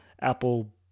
Apple